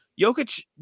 Jokic